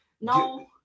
No